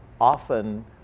often